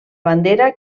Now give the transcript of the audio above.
bandera